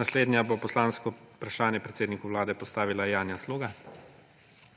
Naslednja bo poslansko vprašanje predsedniku Vlade postavila Janja Sluga.